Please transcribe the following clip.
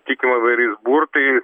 tikima įvairiais burtais